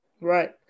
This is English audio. Right